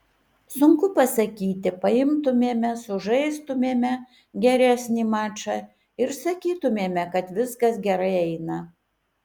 sunku pasakyti paimtumėme sužaistumėme geresnį mačą ir sakytumėme kad viskas gerai eina